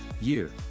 year